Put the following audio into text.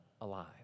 alive